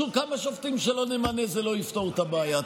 שוב, כמה שופטים שלא נמנה, זה לא יפתור את הבעיה.